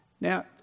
Now